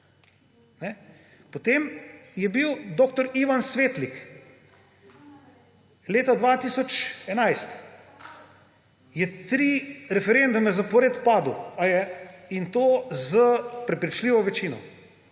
Potem je bil dr. Ivan Svetlik leta 2011. Je tri referendume zapored padel; in to s prepričljivo večino.